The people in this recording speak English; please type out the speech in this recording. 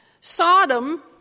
Sodom